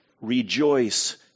rejoice